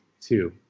two